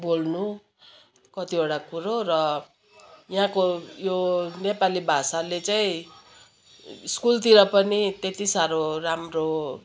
बोल्नु कतिवटा कुरो र यहाँको यो नेपाली भाषाले चाहिँ स्कुलतिर पनि त्यति साह्रो राम्रो